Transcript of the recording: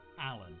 Alan